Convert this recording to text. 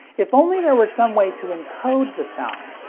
if only there were some way to encode the sound,